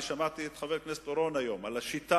שמעתי את חבר הכנסת אורון מדבר היום על השיטה,